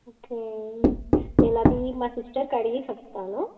okay నేనది మా సిస్టర్కి అడిగి చెప్తాను